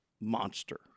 monster